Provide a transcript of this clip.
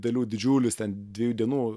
dalių didžiulius ten dviejų dienų